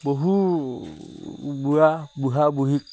বহু উ উ বুঢ়া বুঢ়ীক